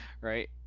right